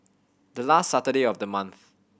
the last Saturday of the month